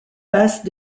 passe